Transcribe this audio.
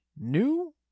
New